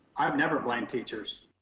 i've never blamed teachers.